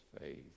faith